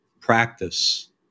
practice